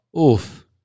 Oof